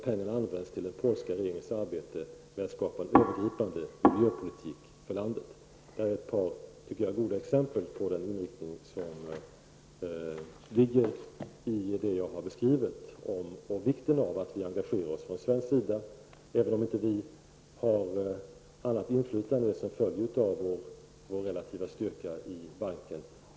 Pengarna används till den polska regeringens arbete med att skapa en övergripande miljöpolitik för landet. Detta är två goda exempel på den inriktning jag har beskrivit. Jag vill betona vikten av att vi engagerar oss från svensk sida, även om vi inte har annat inflytande än det som följer av vår relativa styrka i banken.